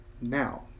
now